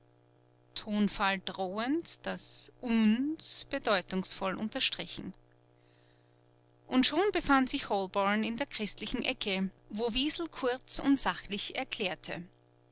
tonfall drohend das uns bedeutungsvoll unterstrichen und schon befand sich holborn in der christlichen ecke wo wiesel kurz und sachlich erklärte